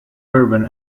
urban